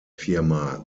firma